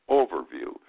overview